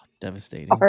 Devastating